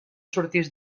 surtis